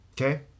Okay